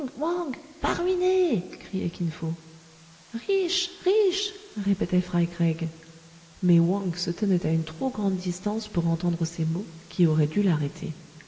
wang wang pas ruiné criait kin fo riche riche répétaient fry craig mais wang se tenait à une trop grande distance pour entendre ces mots qui auraient dû l'arrêter